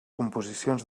composicions